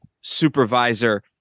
supervisor